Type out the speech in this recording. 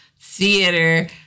theater